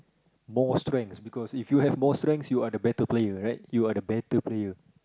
more strengths because if you have more strengths you are the better player right you are the better player